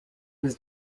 was